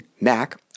Mac